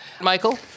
Michael